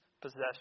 possession